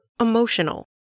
emotional